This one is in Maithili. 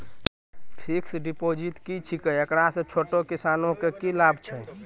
फिक्स्ड डिपॉजिट की छिकै, एकरा से छोटो किसानों के की लाभ छै?